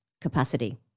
capacity